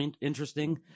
interesting